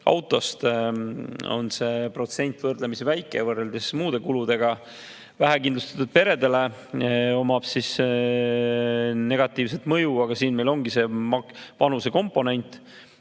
autost on see protsent võrdlemisi väike võrreldes muude kuludega. Vähekindlustatud peredele on negatiivne mõju, aga selleks ongi vanusekomponent.